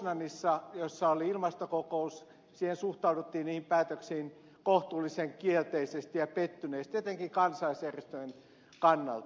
poznanissa jossa oli ilmastokokous suhtauduttiin niihin päätöksiin kohtuullisen kielteisesti ja pettyneesti etenkin kansallisjärjestöjen kannalta